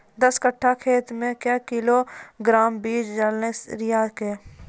दस कट्ठा खेत मे क्या किलोग्राम बीज डालने रिचा के?